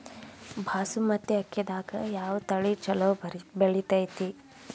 ಬಾಸುಮತಿ ಅಕ್ಕಿದಾಗ ಯಾವ ತಳಿ ಛಲೋ ಬೆಳಿತೈತಿ?